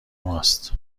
ماست